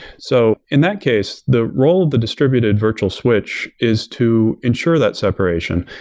so in that case, the role of the distributed virtual switch is to ensure that separation.